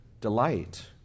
delight